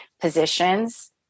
positions